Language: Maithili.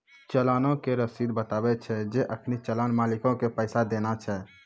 चलानो के रशीद बताबै छै जे अखनि चलान मालिको के पैसा देना छै